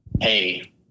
Hey